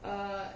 err